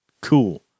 Cool